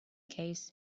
case